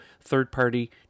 third-party